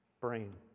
brain